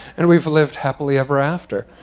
and we've lived happily ever after.